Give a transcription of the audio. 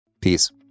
Peace